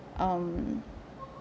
um